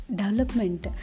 development